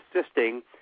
assisting